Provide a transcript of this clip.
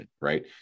right